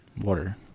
water